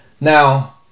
Now